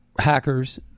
hackers